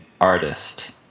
Artist